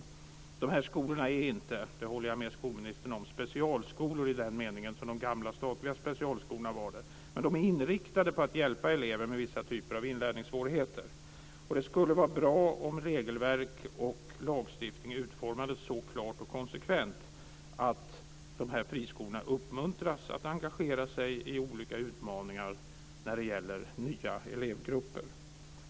Jag håller med skolministern om att de här skolorna inte är specialskolor i den mening som de gamla statliga specialskolorna var det, men de är inriktade på att hjälpa elever med vissa typer av inlärningssvårigheter, och det skulle vara bra om regelverk och lagstiftning utformades så klart och konsekvent att de här friskolorna uppmuntras att engagera sig i olika utmaningar när det gäller nya elevgrupper.